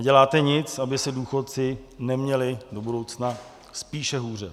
Neděláte nic, aby se důchodci neměli do budoucna spíše hůře.